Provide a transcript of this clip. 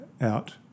Out